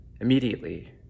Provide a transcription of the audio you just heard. Immediately